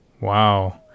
Wow